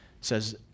says